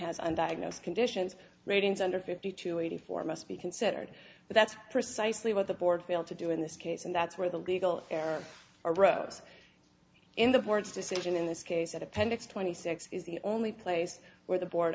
has undiagnosed conditions ratings under fifty to eighty four must be considered but that's precisely what the board failed to do in this case and that's where the legal error arose in the court's decision in this case that appendix twenty six is the only place where the board